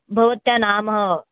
भवत्याः नाम